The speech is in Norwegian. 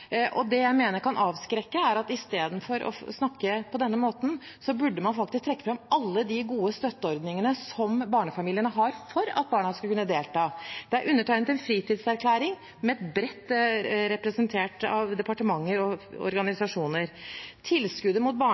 Det mener jeg kan avskrekke. I stedet for å snakke på denne måten burde man faktisk trekke fram alle de gode støtteordningene som barnefamiliene har for at barna skal kunne delta. Det er undertegnet en fritidserklæring som er bredt representert av departementer og organisasjoner. Tilskuddet mot barnefattigdom, som nettopp skal sikre at barn